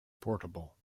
portable